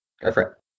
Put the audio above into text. Perfect